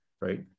right